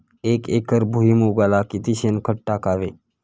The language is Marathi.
एक एकर भुईमुगाला किती शेणखत टाकावे?